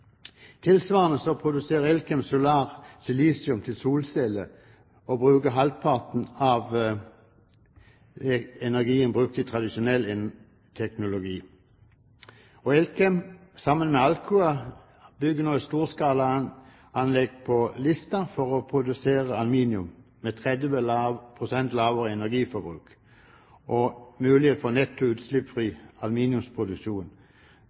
Tilsvarende produserer Elkem Solar silisium til solceller, og bruker halvparten så mye energi som med tradisjonell teknologi. Sammen med Alcoa bygger nå Elkem et storskala anlegg på Lista for å produsere aluminium med 30 pst. lavere energiforbruk og mulighet for netto utslippsfri aluminiumsproduksjon